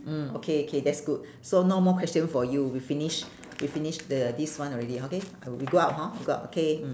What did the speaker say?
mm okay okay that's good so no more question for you we finish we finish the this one already okay uh we go out hor we go out K mm